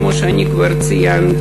כמו שאני כבר ציינתי.